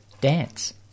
Dance